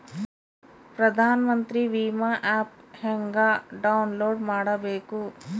ಪ್ರಧಾನಮಂತ್ರಿ ವಿಮಾ ಆ್ಯಪ್ ಹೆಂಗ ಡೌನ್ಲೋಡ್ ಮಾಡಬೇಕು?